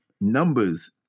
numbers